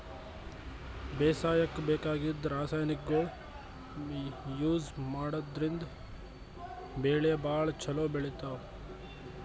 ಬೇಸಾಯಕ್ಕ ಬೇಕಾಗಿದ್ದ್ ರಾಸಾಯನಿಕ್ಗೊಳ್ ಯೂಸ್ ಮಾಡದ್ರಿನ್ದ್ ಬೆಳಿ ಭಾಳ್ ಛಲೋ ಬೆಳಿತಾವ್